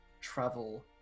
travel